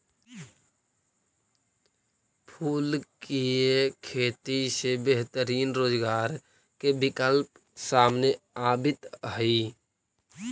फूल के खेती से बेहतरीन रोजगार के विकल्प सामने आवित हइ